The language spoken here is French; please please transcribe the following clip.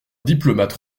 diplomate